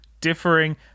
differing